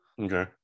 okay